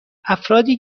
افرادی